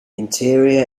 interior